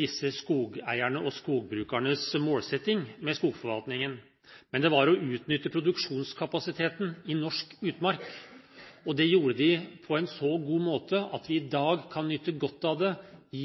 disse skogeiernes og skogbrukernes målsetting med skogforvaltningen, men det var å utnytte produksjonskapasiteten i norsk utmark. Det gjorde de på en så god måte at vi i dag kan nyte godt av det på